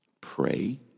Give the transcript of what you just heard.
pray